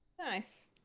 Nice